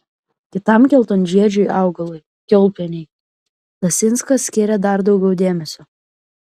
kitam geltonžiedžiui augalui kiaulpienei lasinskas skiria dar daugiau dėmesio